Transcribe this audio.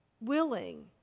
willing